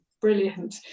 Brilliant